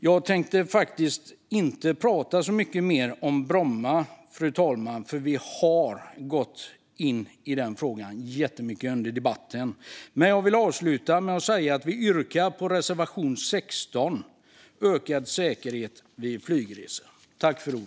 Jag tänkte dock inte prata så mycket mer om Bromma, för det har sagts jättemycket om det i debatten. Jag yrkar avslutningsvis bifall till reservation 16 om ökad säkerhet vid flygresor.